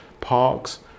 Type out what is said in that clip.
parks